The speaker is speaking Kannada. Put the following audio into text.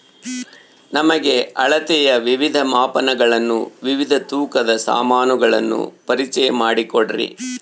ನಮಗೆ ಅಳತೆಯ ವಿವಿಧ ಮಾಪನಗಳನ್ನು ವಿವಿಧ ತೂಕದ ಸಾಮಾನುಗಳನ್ನು ಪರಿಚಯ ಮಾಡಿಕೊಡ್ರಿ?